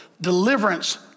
deliverance